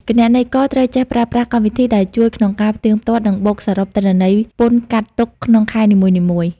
គណនេយ្យករត្រូវចេះប្រើប្រាស់កម្មវិធីដែលជួយក្នុងការផ្ទៀងផ្ទាត់ និងបូកសរុបទិន្នន័យពន្ធកាត់ទុកក្នុងខែនីមួយៗ។